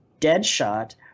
Deadshot